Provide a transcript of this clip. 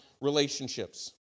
relationships